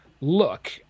look